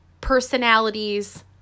personalities